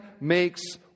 makes